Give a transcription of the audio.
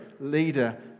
leader